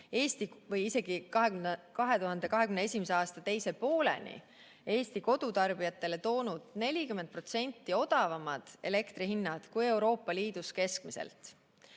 aastani või isegi 2021. aasta teise pooleni Eesti kodutarbijatele toonud 40% odavamad elektrihinnad kui Euroopa Liidus keskmiselt.